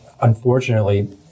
unfortunately